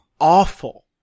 awful